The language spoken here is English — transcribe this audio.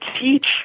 teach